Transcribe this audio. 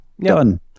Done